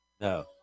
no